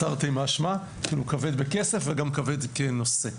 תרתי משמע כבד בכסף וגם כבד כנושא.